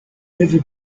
never